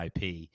IP